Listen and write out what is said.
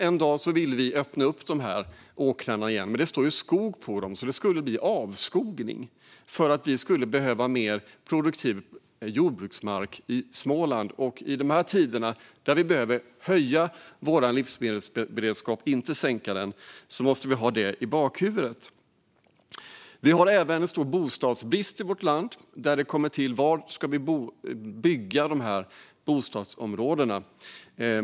En dag kanske vi vill öppna de åkrarna igen, men det står ju skog på dem, så det skulle innebära avskogning om vi behöver mer produktiv jordbruksmark i Småland. I de här tiderna, då vi behöver höja vår livsmedelsberedskap och inte sänka den, måste vi ha det i bakhuvudet. Vi har även en stor bostadsbrist i vårt land, och frågan kommer upp om var vi ska bygga nya bostadsområden.